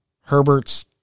Herbert's